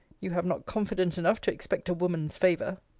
you have not confidence enough to expect a woman's favour.